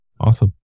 Awesome